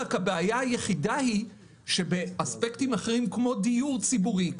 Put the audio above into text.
אבל הבעיה היחידה היא שלעומת אספקטים אחרים כמו דיור ציבורי,